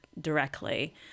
directly